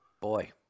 Boy